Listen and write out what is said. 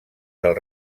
del